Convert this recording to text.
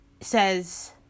says